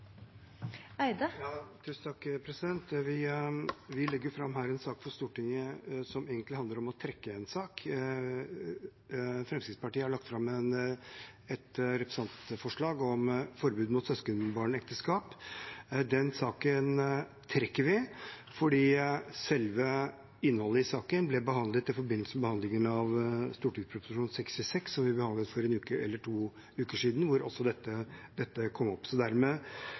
egentlig handler om å trekke en sak. Fremskrittspartiet har lagt fram et representantforslag om forbud mot søskenbarnekteskap. Den saken trekker vi, fordi selve innholdet i saken ble behandlet i forbindelse med behandlingen av Prop. 66 L for 2019–2020, som vi behandlet for en uke eller to siden, hvor også dette kom opp. Dermed